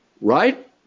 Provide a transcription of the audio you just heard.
right